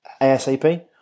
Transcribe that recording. ASAP